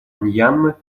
мьянмы